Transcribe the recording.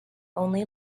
only